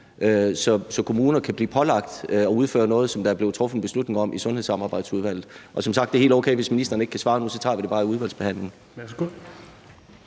så kommuner kan blive pålagt at udføre noget, som der er blevet truffet en beslutning om i sundhedsamarbejdsudvalget? Og det er som sagt helt okay, hvis ministeren ikke kan svare nu, så tager vi det bare i udvalgsbehandlingen.